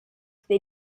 they